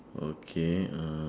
okay uh